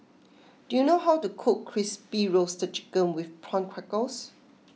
do you know how to cook Crispy Roasted Chicken with Prawn Crackers